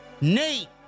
Nate